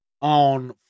on